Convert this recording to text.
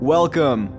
Welcome